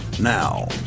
Now